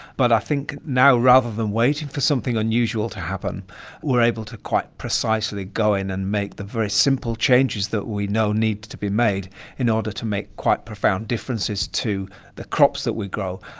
but i think now rather than waiting for something unusual to happen we are able to quite precisely go in and make the very simple changes that we know needed to be made in order to make quite profound differences to the crops that we grow,